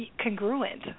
congruent